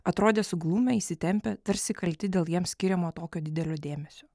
atrodė suglumę įsitempę tarsi kalti dėl jiems skiriamo tokio didelio dėmesio